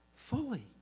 fully